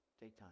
daytime